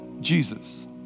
Jesus